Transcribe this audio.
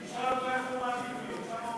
תשאל אותו איפה הוא מעדיף להיות,